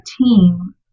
team